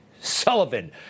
Sullivan